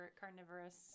carnivorous